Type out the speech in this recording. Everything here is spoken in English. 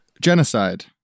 genocide